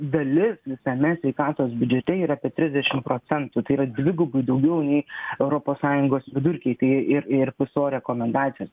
dalis visame sveikatos biudžete yra apie trisdešimt procentų tai yra dvigubai daugiau nei europos sąjungos vidurkiai tiek ir ir pso rekomendacijos